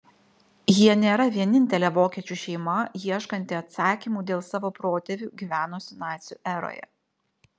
jie nėra vienintelė vokiečių šeima ieškanti atsakymų dėl savo protėvių gyvenusių nacių eroje